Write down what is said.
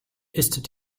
ist